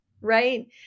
Right